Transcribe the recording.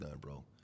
bro